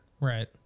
Right